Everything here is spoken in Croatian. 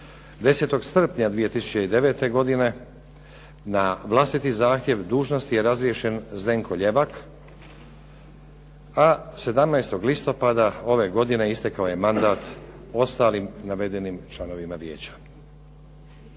10. srpnja 2009. godine na vlastiti zahtjev dužnosti je razriješen Zdenko Ljevak, a 17. listopada ove godine istekao je mandat ostalim navedenim članovima Vijeća.